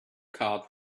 card